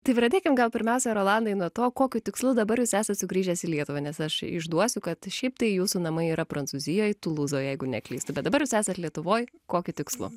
tai pradėkim gal pirmiausia rolandai nuo to kokiu tikslu dabar jūs esat sugrįžęs į lietuvą nes aš išduosiu kad šiaip tai jūsų namai yra prancūzijoj tulūzoj jeigu neklystu bet dabar jūs esat lietuvoj kokiu tikslu